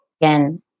again